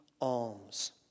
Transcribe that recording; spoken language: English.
alms